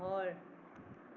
ঘৰ